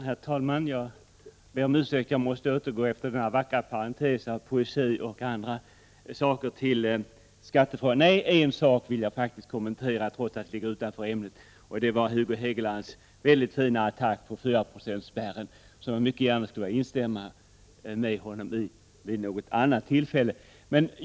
Herr talman! Jag ber om ursäkt för att jag efter den här vackra parentesen av poesi och andra saker måste återgå skattefrågan. Men en sak vill jag faktiskt kommentera, trots att den ligger utanför ämnet, och det är Hugo Hegelands mycket fina attack på 4-procentsspärren, som jag mycket gärna skulle instämma med honom i vid något annat tillfälle.